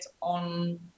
on